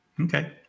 Okay